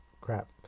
Crap